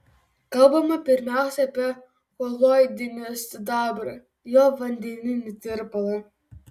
kalbama pirmiausia apie koloidinį sidabrą jo vandeninį tirpalą